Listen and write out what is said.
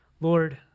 Lord